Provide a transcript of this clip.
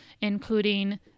including